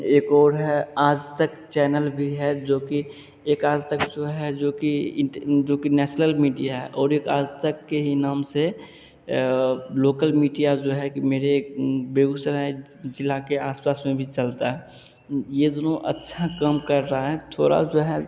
एक और है आज तक चैनल भी है जो कि एक आज तक जो है जो कि इंटे जो कि नेसनल मीडिया है और एक आज तक के ही नाम से लोकल मीडिया जो है कि मेरे बेगुसराय ज़िला के आस पास में भी चलता है ये दोनों अच्छा काम कर रहे हैं थोड़ा जो है